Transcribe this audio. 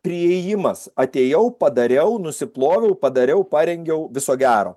priėjimas atėjau padariau nusiploviau padariau parengiau viso gero